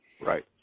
Right